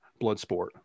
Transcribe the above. Bloodsport